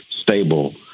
stable